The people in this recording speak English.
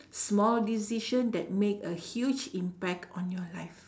small decision that makes a huge impact on your life